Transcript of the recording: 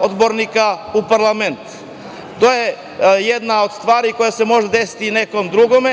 odbornika u parlament. To je jedna od stvari koja se može desiti i nekome drugom.